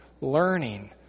learning